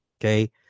Okay